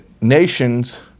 nations